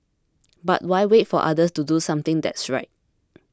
but why wait for others to do something that's right